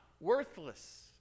worthless